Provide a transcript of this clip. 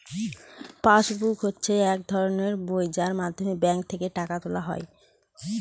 pass book হচ্ছে এক ধরনের বই যার মাধ্যমে ব্যাঙ্ক থেকে টাকা তোলা হয়